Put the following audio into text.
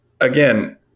again